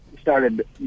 started